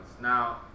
Now